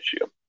issue